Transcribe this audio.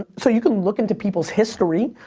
so you can look into people's history,